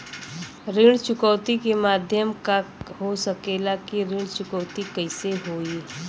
ऋण चुकौती के माध्यम का हो सकेला कि ऋण चुकौती कईसे होई?